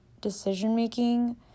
decision-making